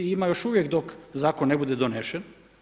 I ima još uvijek dok zakon ne bude donesen.